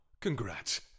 Congrats